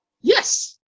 Yes